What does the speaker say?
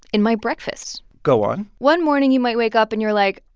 in my breakfast go on one morning, you might wake up and you're like,